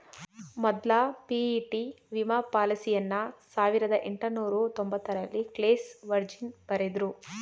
ಮೊದ್ಲ ಪಿ.ಇ.ಟಿ ವಿಮಾ ಪಾಲಿಸಿಯನ್ನ ಸಾವಿರದ ಎಂಟುನೂರ ತೊಂಬತ್ತರಲ್ಲಿ ಕ್ಲೇಸ್ ವರ್ಜಿನ್ ಬರೆದ್ರು